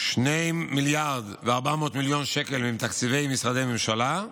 שני מיליארד ו-400 מיליון שקל הם מתקציבי משרדי ממשלה,